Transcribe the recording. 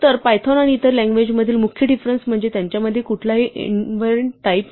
तर पायथॉन आणि इतर लँग्वेज मधील मुख्य डीफरन्स म्हणजे त्यांच्यामध्ये कुठलाही ईन्हरेन्ट टाईप नाही